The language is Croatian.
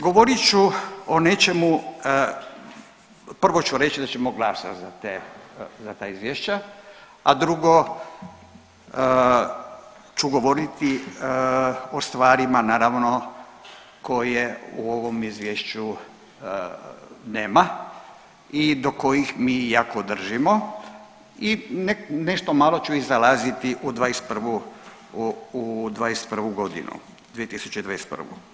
Govorit ću o nečemu, prvo ću reći da ćemo glasati za te, za ta izvješća, a drugo ću govoriti o stvarima naravno koje u ovom izvješću nema i do kojih mi jako držimo i nešto malo ću zalaziti u '21., u '21. godinu, 2021.